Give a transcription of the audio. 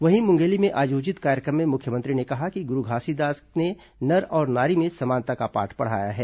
वहीं मुंगेली में आयोजित कार्यक्रम में मुख्यमंत्री ने कहा कि गुरू घासीदास ने नर और नारी में समानता का पाठ पढ़ाया है